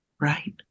right